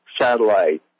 satellite